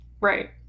Right